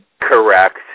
Correct